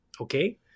Okay